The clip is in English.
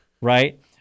Right